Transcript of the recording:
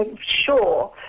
sure